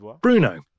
Bruno